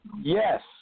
Yes